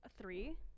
three